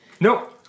no